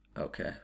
Okay